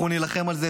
אנחנו נילחם על זה,